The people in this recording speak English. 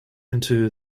into